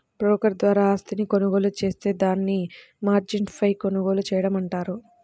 broker ద్వారా ఆస్తిని కొనుగోలు జేత్తే దాన్ని మార్జిన్పై కొనుగోలు చేయడం అంటారు